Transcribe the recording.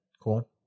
Cool